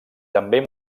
també